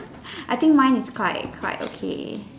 I think mine is quite quite okay